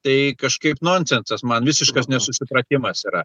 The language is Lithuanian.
tai kažkaip nonsensas man visiškas nesusipratimas yra